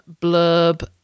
Blurb